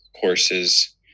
courses